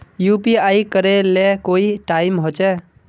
UPI करे ले कोई टाइम होचे?